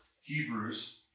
Hebrews